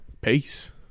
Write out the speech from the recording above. Peace